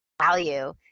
Value